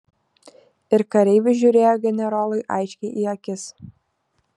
ir kareivis žiūrėjo generolui aiškiai į akis